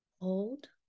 Hold